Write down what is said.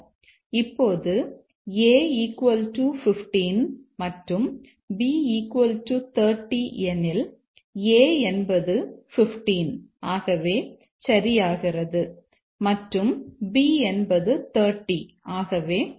இப்போது a 15 மற்றும் b 30 எனில் a என்பது 15 ஆகவே சரியாகிறது மற்றும் b என்பது 30 ஆகவே சரியாகிறது